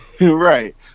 right